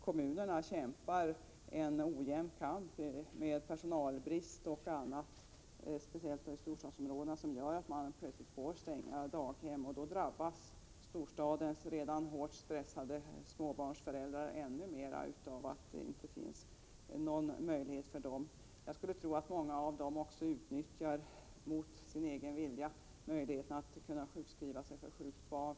Kommunerna kämpar en ojämn kamp med personalbrist och annat, speciellt i storstadsområdena, som gör att man plötsligt måste stänga daghem, och då drabbas storstadens redan hårt stressade småbarnsföräldrar ännu mera av att det inte öppnas någon möjlighet för dem. Jag skulle tro att många av dem också — mot sin egen vilja — utnyttjar möjligheten att sjukskriva sig för sjukt barn.